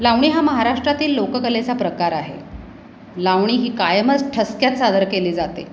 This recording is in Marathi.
लावणी हा महाराष्ट्रातील लोककलेचा प्रकार आहे लावणी ही कायमच ठसक्यात सादर केली जाते